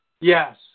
yes